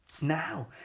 Now